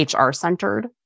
HR-centered